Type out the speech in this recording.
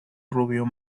rubio